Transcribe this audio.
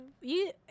You-